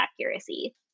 accuracy